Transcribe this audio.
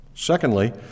Secondly